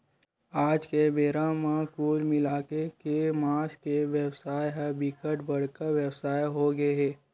आज के बेरा म कुल मिलाके के मांस के बेवसाय ह बिकट बड़का बेवसाय होगे हे